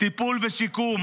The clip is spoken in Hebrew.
טיפול ושיקום,